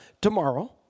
Tomorrow